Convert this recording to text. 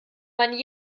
man